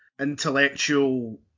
intellectual